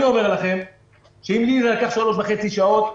אני אומר לכם שאם לי לקח שלוש וחצי שעות,